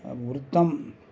वृत्तम्